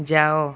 ଯାଅ